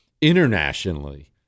internationally